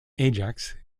ajax